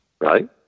Right